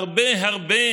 הרבה הרבה